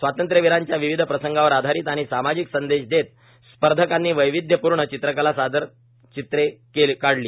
स्वातंत्र्यवीरांच्या विविध प्रसंगांवर आधारित आणि सामाजिक संदेश देत स्पर्धकांनी वैविध्यपूर्ण चित्रकला सादर चित्रे काढली